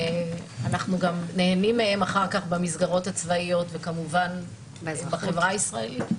אנחנו גם נהנים מהם אחר כך במסגרות הצבאיות וכמובן בחברה הישראלית.